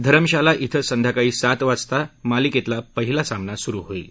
धरमशाला इथं संध्याकाळी सात वाजता मालिकेतला पहिला सामना सुरु होईल